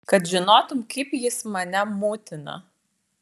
kad žinotum kaip jis mane mutina